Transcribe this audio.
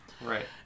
Right